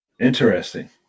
Interesting